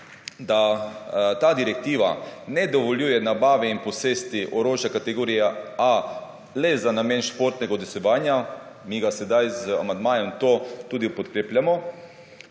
da ta direktiva ne dovoljuje nabave in posesti orožja kategorije A le za namen športnega udejstvovanja, mi ga sedaj z amandmajem to tudi podkrepimo.